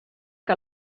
que